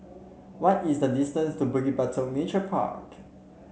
what is the distance to Bukit Batok Nature Park